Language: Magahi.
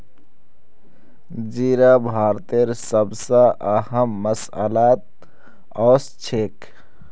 जीरा भारतेर सब स अहम मसालात ओसछेख